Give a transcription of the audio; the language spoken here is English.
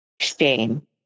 shame